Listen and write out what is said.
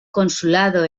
consulado